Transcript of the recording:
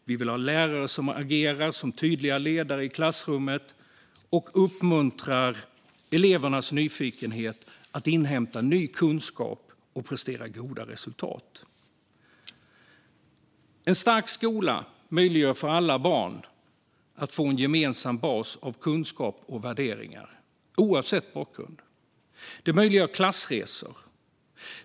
Vi vill ha lärare som agerar som tydliga ledare i klassrummet och uppmuntrar elevernas nyfikenhet på att inhämta ny kunskap och vilja att prestera goda resultat. En stark skola gör det möjligt för alla barn att få en gemensam bas av kunskap och värderingar oavsett bakgrund. Den möjliggör klassresor.